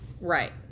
Right